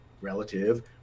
relative